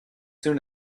soon